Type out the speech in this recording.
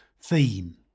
theme